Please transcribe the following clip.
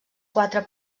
quatre